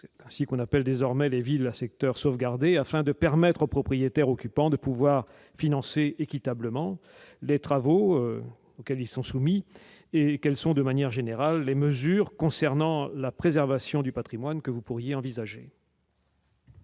c'est la nouvelle dénomination des villes à secteur sauvegardé -, afin de permettre aux propriétaires occupants de pouvoir financer équitablement les travaux auxquels ils sont soumis ? Quelles sont, de manière générale, les mesures concernant la préservation du patrimoine qui sont envisagées